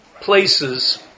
places